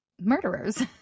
murderers